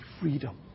freedom